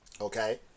Okay